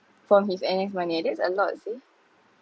from his N_S money and that's a lot see